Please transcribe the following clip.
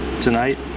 tonight